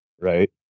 right